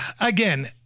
again